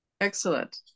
excellent